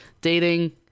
dating